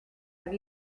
have